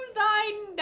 thine